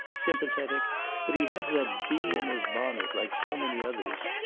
sympathetic but he has that bee in his bonnet, like so many others.